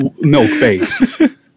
milk-based